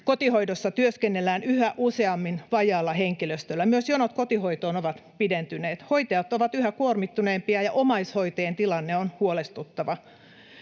kotihoidossa työskennellään yhä useammin vajaalla henkilöstöllä. Myös jonot kotihoitoon ovat pidentyneet. Hoitajat ovat yhä kuormittuneempia, ja omaishoitajien tilanne on huolestuttava.